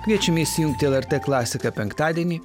kviečiami įsijungti lrt klasiką penktadienį